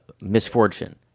misfortune